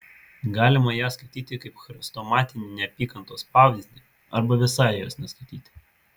galima ją skaityti kaip chrestomatinį neapykantos pavyzdį arba visai jos neskaityti